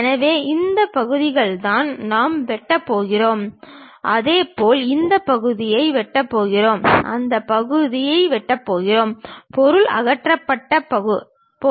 எனவே இந்த பகுதிகள்தான் நாம் வெட்டப் போகிறோம் அதேபோல் இந்த பகுதியை வெட்டப் போகிறோம் அந்த பகுதியை வெட்டப் போகிறோம் பொருள் அகற்றப்படப் போகிறது